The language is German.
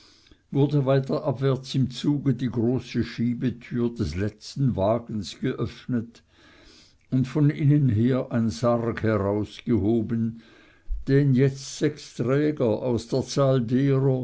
wurde weiter abwärts im zuge die große schiebetür des letzten wagens geöffnet und von innen her ein sarg herausgehoben den jetzt sechs träger aus der zahl derer